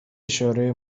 اشاره